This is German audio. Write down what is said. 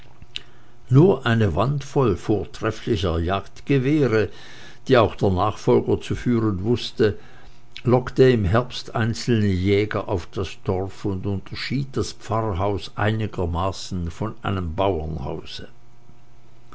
nur eine wand voll vortrefflicher jagdgewehre die auch der nachfolger zu fahren wußte lockte im herbst einzelne jäger auf das dorf und unterschied das pfarrhaus einigermaßen von einem